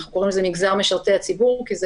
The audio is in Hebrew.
אנחנו קוראים לזה "מגזר משרתי הציבורי" כי זה